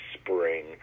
spring